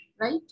right